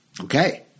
Okay